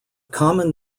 common